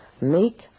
make